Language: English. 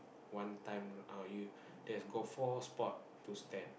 one time uh you there got four spot to stand